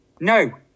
No